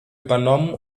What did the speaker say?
übernommen